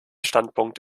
standpunkt